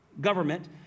government